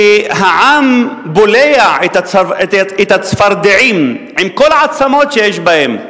שהעם בולע את הצפרדעים, עם כל העצמות שיש בהן,